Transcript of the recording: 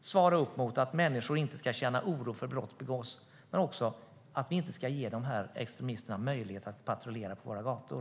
svara upp mot att människor inte ska känna oro för att brott begås men också att vi inte ska ge de här extremisterna möjlighet att patrullera på våra gator.